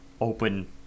open